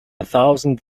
thousand